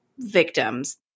victims